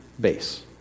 base